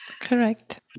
Correct